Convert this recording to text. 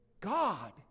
God